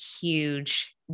huge